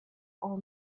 all